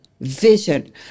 Vision